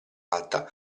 alta